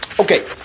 Okay